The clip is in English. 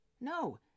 No